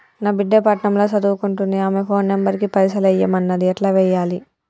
నా బిడ్డే పట్నం ల సదువుకుంటుంది ఆమె ఫోన్ నంబర్ కి పైసల్ ఎయ్యమన్నది ఎట్ల ఎయ్యాలి?